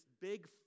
big